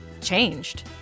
changed